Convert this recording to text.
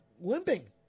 limping